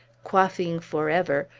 quaffing forever,